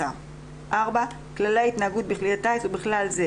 אבל בעקבות הערות הייעוץ המשפטי של הוועדה,